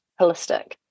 holistic